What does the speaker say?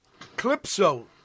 Clipso